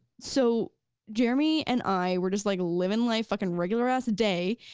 so jeremy and i were just like living life, fucking regular ass day,